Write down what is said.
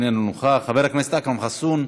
איננו נוכח, חבר הכנסת אכרם חסון,